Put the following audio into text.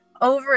over